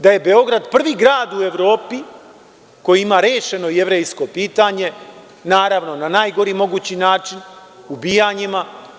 Da je Beograd prvi grad u Evropi koji ima rešeno jevrejsko pitanje, naravno, na najgore mogući način, ubijanjima.